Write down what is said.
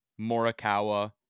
Morikawa